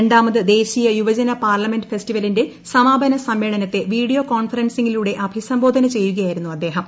രണ്ടാമത് ദേശീയ യുവജന പാർലമെന്റ് ഫെസ്റ്റിവലിന്റെ സമാപന സമ്മേളനത്തെ വീഡിയോ കോൺഫെറൻസിങ്ങിലൂടെ അഭിസംബോധന ചെയ്യുകയായിരുന്നു അദ്ദേഹം